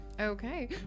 Okay